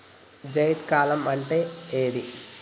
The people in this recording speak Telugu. జైద్ కాలం అంటే ఏంది?